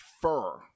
fur